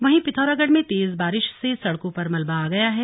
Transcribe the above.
वहीं पिथौरागढ में तेज बारिश से सड़कों पर मलबा आ गया है